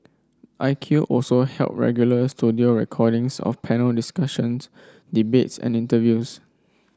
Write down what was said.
I Q also held regular studio recordings of panel discussions debates and interviews